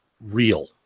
real